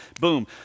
Boom